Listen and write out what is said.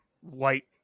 white